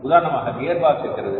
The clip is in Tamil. உதாரணமாக கியர் பாக்ஸ் இருக்கிறது